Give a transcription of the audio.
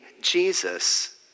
Jesus